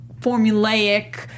formulaic